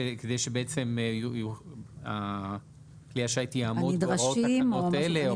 כדי שכלי השיט יעמוד בהוראות תקנות אלה.